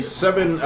seven